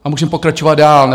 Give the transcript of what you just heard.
A můžeme pokračovat dál.